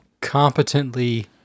competently